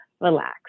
relax